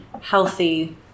healthy